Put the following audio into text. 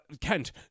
Kent